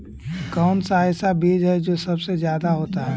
कौन सा ऐसा बीज है जो सबसे ज्यादा होता है?